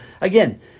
again